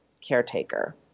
caretaker